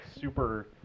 super